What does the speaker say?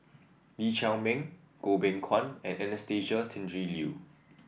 Lee Chiaw Meng Goh Beng Kwan and Anastasia Tjendri Liew